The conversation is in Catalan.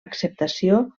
acceptació